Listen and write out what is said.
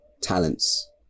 talents